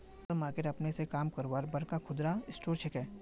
super market अपने स काम करवार बड़का खुदरा स्टोर छिके